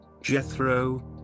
Jethro